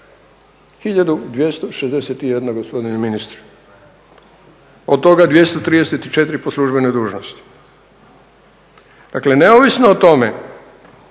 1261 gospodine ministre, od toga 234 po službenoj dužnosti. Dakle, neovisno o tome